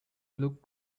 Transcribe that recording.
look